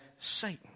Satan